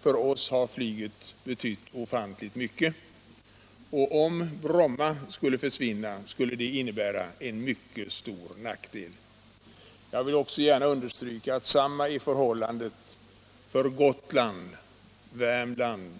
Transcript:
För oss har flyget betytt ofantligt mycket. Om Bromma skulle försvinna skulle det innebära en mycket stor nackdel. Jag vill också gärna understryka att samma är förhållandet för Gotland, Värmland